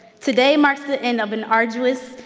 today marks the end of an arduous,